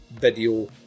video